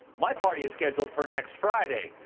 my party is scheduled for next friday,